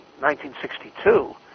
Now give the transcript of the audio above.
1962